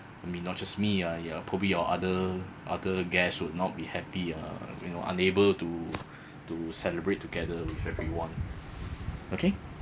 I mean not just me I uh probably your other other guests would not be happy uh when you all unable to to celebrate together with everyone okay